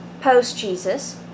post-Jesus